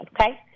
okay